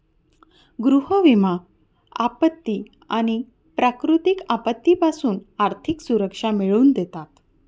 गृह विमा आपत्ती आणि प्राकृतिक आपत्तीपासून आर्थिक सुरक्षा मिळवून देते